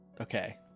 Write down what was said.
Okay